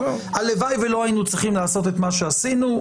הלוואי ולא היינו צריכים לעשות את מה שעשינו.